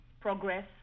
progress